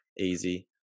easy